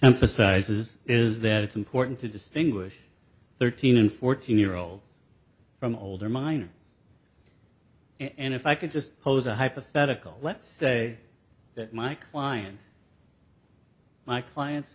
emphasizes is that it's important to distinguish thirteen and fourteen year old from older minors and if i could just pose a hypothetical let's say that my client my client